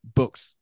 books